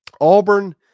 Auburn